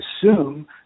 assume